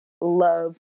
love